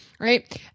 right